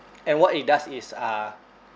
and what it does is uh